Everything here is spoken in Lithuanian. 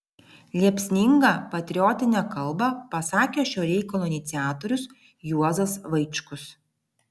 liepsningą patriotinę kalbą pasakė šio reikalo iniciatorius juozas vaičkus